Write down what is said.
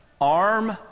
...arm